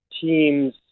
teams